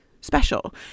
special